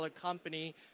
company